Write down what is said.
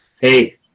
Hey